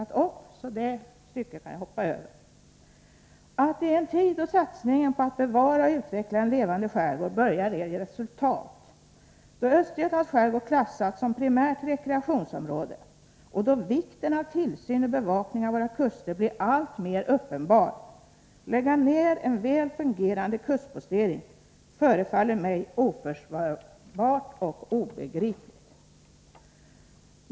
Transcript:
Att lägga ned en väl fungerande kustpostering —i en tid då satsningen på att bevara och utveckla en levande skärgård börjar ge resultat, då Östergötlands skärgård klassats som primärt rekreationsområde och då vikten av tillsyn och bevakning av våra kuster blir alltmer uppenbar — förefaller mig oförsvarligt och obegripligt.